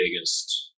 biggest